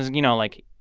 you know, like,